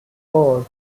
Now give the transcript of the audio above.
four